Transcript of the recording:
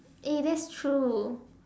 eh that's true